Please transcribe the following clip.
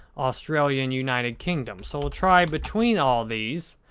australia and united kingdom. so, we'll try between all these